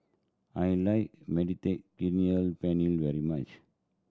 I like Mediterranean Penne very much